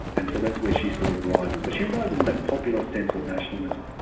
and so that's where she sort of rises. but she rises in that popular sense of nationalism.